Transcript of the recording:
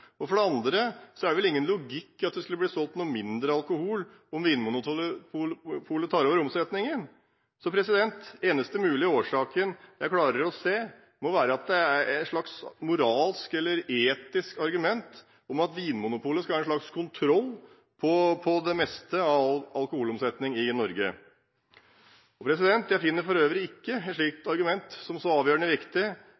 og for det andre er det vel ingen logikk i at det skulle bli solgt noe mindre alkohol om Vinmonopolet tar over omsetningen? Eneste mulige årsaken jeg klarer å se, må være at det er et slags moralsk eller etisk argument om at Vinmonopolet skal ha en slags kontroll på det meste av alkoholomsetningen i Norge. Jeg finner for øvrig ikke et slikt